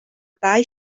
dau